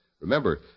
Remember